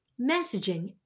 messaging